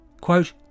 Quote